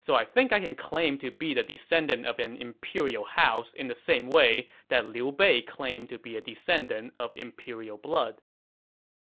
so i think i can claim to be the descendant of an imperial house in the same way that liu bei claims to be a descendant of imperial blood